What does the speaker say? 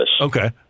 Okay